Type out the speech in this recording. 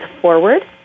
forward